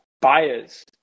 buyers